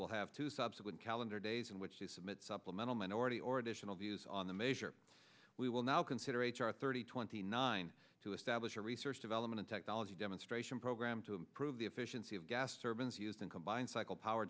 will have two subsequent calendar days in which we submit supplemental minority or additional views on the measure we will now consider h r thirty twenty nine to establish a research development technology demonstration program to improve the efficiency of gas service used in combined cycle power